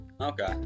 Okay